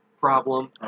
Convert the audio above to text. problem